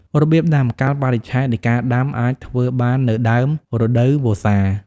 របៀបដាំ កាលបរិច្ឆេទនៃការដាំអាចធ្វើបាននៅដើមរដូវវស្សា។